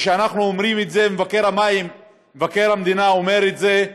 וכשאנחנו אומרים את זה, מבקר המדינה אומר את זה,